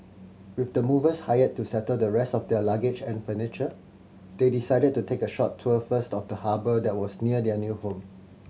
with the movers hired to settle the rest of their luggage and furniture they decided to take a short tour first of the harbour that was near their new home